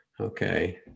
okay